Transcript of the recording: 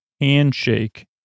Handshake